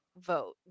vote